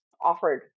offered